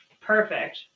perfect